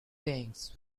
things